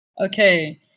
Okay